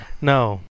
No